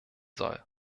soll